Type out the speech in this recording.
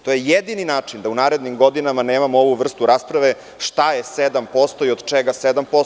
To je jedini način da u narednim godinama nemamo ovu vrstu rasprave šta je 7% i od čega 7%